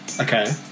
okay